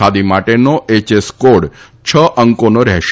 ખાદી માટેનો HS code છ અંકોનો રહેશે